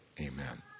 amen